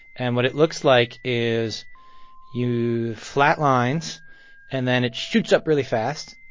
and what it looks like is you flatlines and then it shoots up really fast.